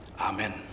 Amen